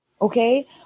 okay